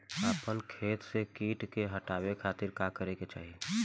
अपना खेत से कीट के हतावे खातिर का करे के चाही?